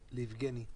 ליבגני,